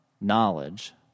knowledge